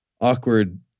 awkward